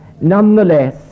nonetheless